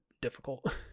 difficult